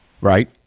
right